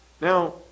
Now